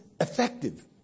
effective